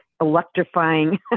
electrifying